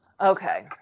Okay